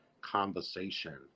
conversation